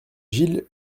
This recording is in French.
gilles